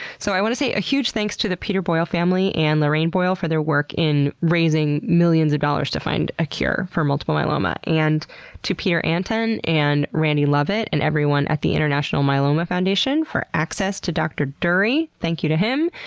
so, i want to say a huge thanks to the peter boyle family and lorraine boyle for their work in raising millions of dollars to find a cure for multiple myeloma, and to peter anton and randy lovitt and everyone at the international myeloma foundation for access to dr. durie. thank you to him!